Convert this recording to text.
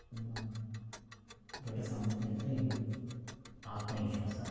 ನಮ್ಮ ದೊಡ್ಡ ಸಾಮರ್ಥ್ಯ ಅಂದರೆ ಆತ್ಮವಿಶ್ವಾಸ